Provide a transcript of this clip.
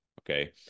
Okay